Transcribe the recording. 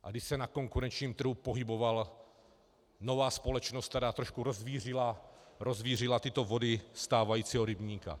A kdy se na konkurenčním trhu pohybovala nová společnost, která trošku rozvířila tyto vody stávajícího rybníka.